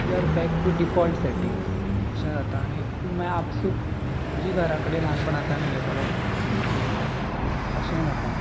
you are back to default settings अशें जाता आनी तूं मागीर आपसूक जी घरा कडेन ल्हानपणांतल्यान उलयतालो तीच उलयता अशेंय जाता